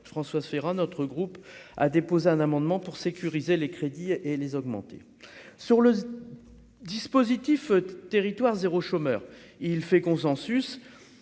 Françoise Férat, notre groupe a déposé un amendement pour sécuriser les crédits et les augmenter sur le dispositif territoire zéro, chômeur il fait consensus,